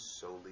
solely